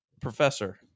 Professor